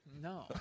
No